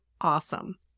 awesome